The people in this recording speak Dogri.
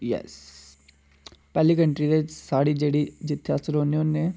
यैस पैह्ली कंट्री ते साढ़ी जेह्ड़ी जित्थे अस रौह्ने होन्ने